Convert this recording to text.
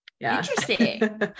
interesting